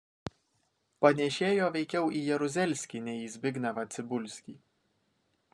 panėšėjo veikiau į jeruzelskį nei į zbignevą cibulskį